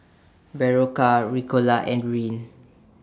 Berocca Ricola and Rene